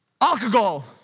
alcohol